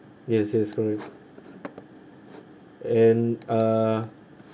yes yes correct and uh